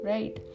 Right